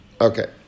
Okay